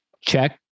check